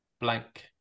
blank